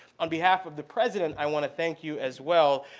on behalf of the president i want to thank you as well.